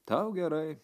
tau gerai